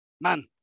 man